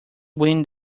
wind